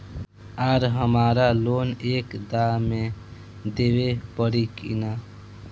आर हमारा लोन एक दा मे देवे परी किना?